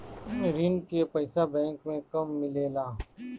ऋण के पइसा बैंक मे कब मिले ला?